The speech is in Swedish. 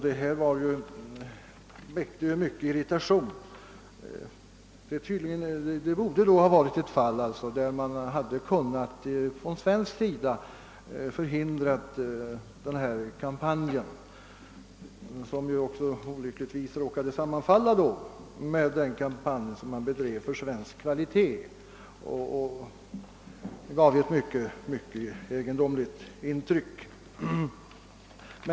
Detta borde ha varit ett fall där man från svensk sida hade kunnat förhindra den igångsatta försäljningskampanjen, som olyckligtvis råkade sam manfalla med den kampanj som för tillfället bedrevs för svensk kvalitet, vilket gav ett egendomligt intryck.